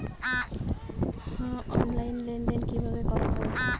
Online লেনদেন কিভাবে করা হয়?